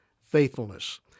faithfulness